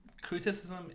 criticism